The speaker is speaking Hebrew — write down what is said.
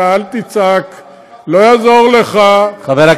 ואל תצעק, לא יעזור לך,